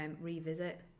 revisit